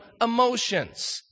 emotions